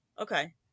Okay